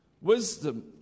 Wisdom